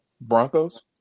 Broncos